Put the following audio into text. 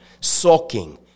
sulking